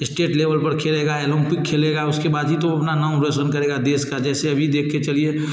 estate level पर खेलेगा Olympic खेलेगा उसके बाद ही तो वो अपना नाम रौशन करेगा देश का जैसे अभी देख के चलिए